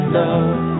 love